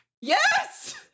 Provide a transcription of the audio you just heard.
Yes